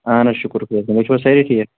اَہَن حظ شُکر تُہۍ چھِو حظ سأری ٹھیٖک